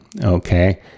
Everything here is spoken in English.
Okay